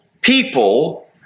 people